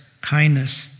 kindness